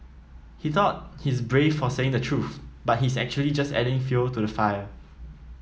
he thought he's brave for saying the truth but he's actually just adding fuel to the fire